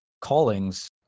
callings